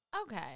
Okay